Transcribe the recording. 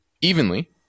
evenly